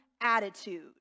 attitude